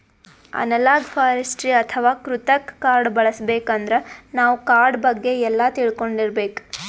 analogue forestry ಅಥವಾ ಕೃತಕ್ ಕಾಡ್ ಬೆಳಸಬೇಕಂದ್ರ ನಾವ್ ಕಾಡ್ ಬಗ್ಗೆ ಎಲ್ಲಾ ತಿಳ್ಕೊಂಡಿರ್ಬೇಕ್